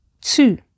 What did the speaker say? Two